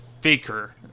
faker